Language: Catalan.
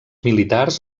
militars